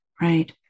right